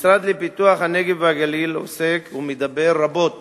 המשרד לפיתוח הנגב והגליל עוסק ומדבר רבות